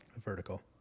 vertical